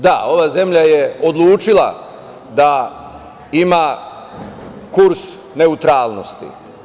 Da, ova zemlja je odlučila da ima kurs neutralnosti.